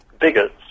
bigots